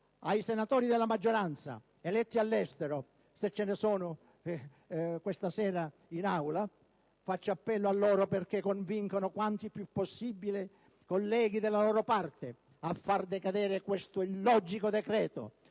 ai senatori della maggioranza eletti all'estero, se ce ne sono questa sera in Aula, perché convincano quanti più colleghi possibile della loro parte a far decadere questo illogico decreto